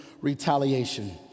retaliation